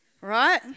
right